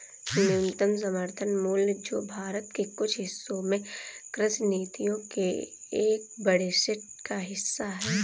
न्यूनतम समर्थन मूल्य जो भारत के कुछ हिस्सों में कृषि नीतियों के एक बड़े सेट का हिस्सा है